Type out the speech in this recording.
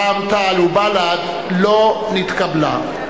רע"ם-תע"ל ובל"ד לא נתקבלה.